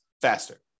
faster